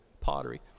pottery